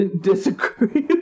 Disagree